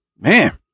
Man